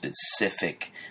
specific